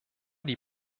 die